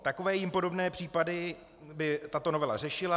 Takové jim podobné případy by tato novela řešila.